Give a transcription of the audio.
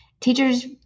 Teachers